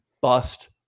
bust